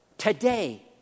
Today